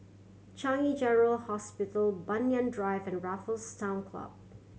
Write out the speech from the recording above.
Changi General Hospital Banyan Drive and Raffles Town Club